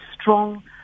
strong